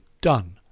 done